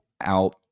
out